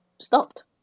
stopped